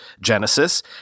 Genesis